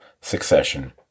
Succession